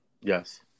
Yes